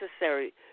necessary